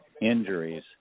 injuries